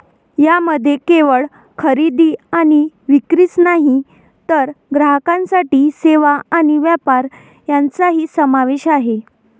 यामध्ये केवळ खरेदी आणि विक्रीच नाही तर ग्राहकांसाठी सेवा आणि व्यापार यांचाही समावेश आहे